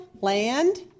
Land